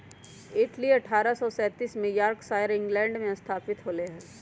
Tetley अठ्ठारह सौ सैंतीस में यॉर्कशायर, इंग्लैंड में स्थापित होलय हल